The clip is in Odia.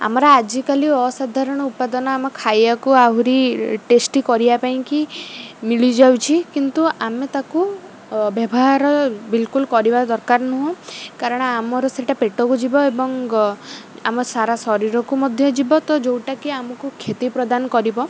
ଆମର ଆଜିକାଲି ଅସାଧାରଣ ଉପାଦାନ ଆମ ଖାଇବାକୁ ଆହୁରି ଟେଷ୍ଟି କରିବା ପାଇଁକି ମିଳିଯାଉଛି କିନ୍ତୁ ଆମେ ତାକୁ ବ୍ୟବହାର ବିଲ୍କୁଲ୍ କରିବା ଦରକାର ନୁହଁ କାରଣ ଆମର ସେଟା ପେଟକୁ ଯିବ ଏବଂ ଆମ ସାରା ଶରୀରକୁ ମଧ୍ୟ ଯିବ ତ ଯେଉଁଟାକି ଆମକୁ କ୍ଷତି ପ୍ରଦାନ କରିବ